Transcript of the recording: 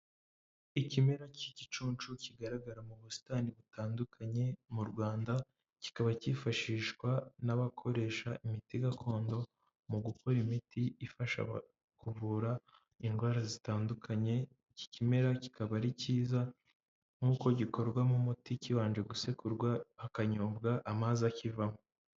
Ikimera cy'igicunshu kigaragara mu busitani butandukanye mu Rwanda, kikaba cyifashishwa n'abakoresha imiti gakondo, mu gukora imiti ifasha kuvura indwara zitandukanye, iki kimera kikaba ari cyiza, nk'uko gikorwamo umuti kibanje gusekurwa, hakanyobwa amazi akivamo.